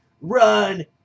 run